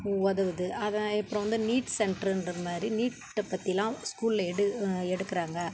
உதவுது அதை அப்புறம் வந்து நீட் சென்ட்ருன்றது மாதிரி நீட்டை பற்றி எல்லாம் ஸ்கூலில் எடு எடுக்கிறாங்க